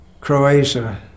Croatia